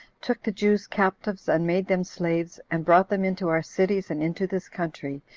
took the jews captives, and made them slaves, and brought them into our cities, and into this country,